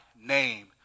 name